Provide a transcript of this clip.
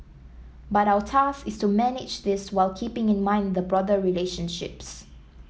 but our task is to manage this whilst keeping in mind the broader relationships